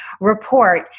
report